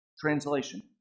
Translation